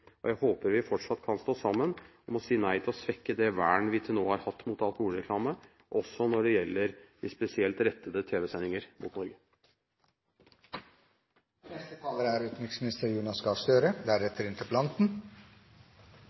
og jeg håper vi fortsatt kan stå sammen om å si nei til å svekke det vern vi til nå har hatt mot alkoholreklame, også når det gjelder de spesielt rettede tv-sendinger mot Norge. Regjeringen ønsker å videreføre en restriktiv linje for alkoholreklame. Det er